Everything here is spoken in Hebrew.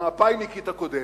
המפא"יניקית הקודמת: